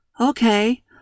Okay